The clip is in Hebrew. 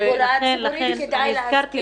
התחבורה הציבורית, כדאי להזכיר